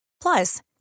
Plus